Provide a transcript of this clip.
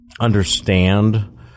understand